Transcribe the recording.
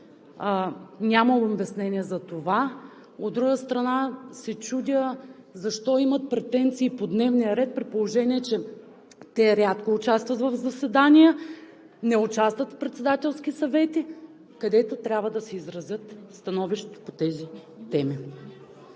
Нямам обяснение на това. От друга страна, се чудя защо имат претенции по дневния ред, при положение че те рядко участват в заседания, не участват в председателски съвети, където трябва да изразят становищата си по тези теми?